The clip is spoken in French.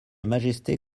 majesté